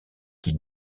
qui